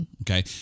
Okay